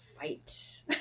fight